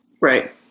Right